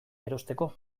erosteko